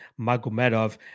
Magomedov